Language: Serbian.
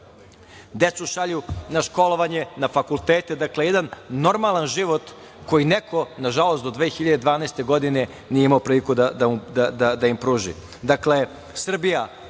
decu šalju na školovanje, na fakultete, dakle, jedan normalan život koji neko, nažalost, do 2012. godine nije imao priliku da im pruži. Dakle,